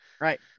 Right